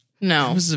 No